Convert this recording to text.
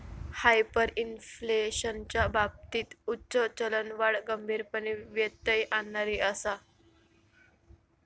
हायपरइन्फ्लेशनच्या बाबतीत उच्च चलनवाढ गंभीरपणे व्यत्यय आणणारी आसा